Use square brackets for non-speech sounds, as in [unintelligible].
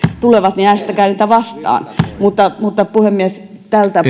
tulevat niin äänestäkää niitä vastaan puhemies tältä [unintelligible]